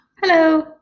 Hello